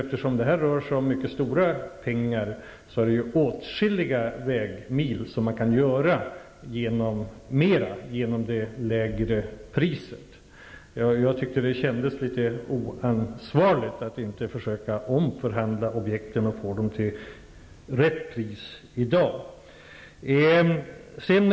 Eftersom det rör sig om mycket stora pengar kan man genomföra ytterligare åtskilliga vägmil genom det lägre priset. Jag tycker att det känns litet oansvarigt om man inte försöker omförhandla objekten och få dem till rätt pris i dag.